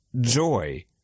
joy